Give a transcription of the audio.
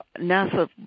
NASA